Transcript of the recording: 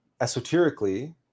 Esoterically